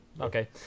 Okay